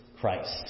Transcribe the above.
Christ